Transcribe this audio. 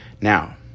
Now